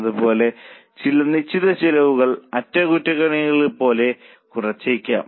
അതുപോലെ ചില നിശ്ചിത ചെലവുകൾ അറ്റകുറ്റപ്പണികൾ പോലെ കുറച്ചേക്കാം